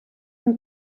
een